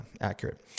accurate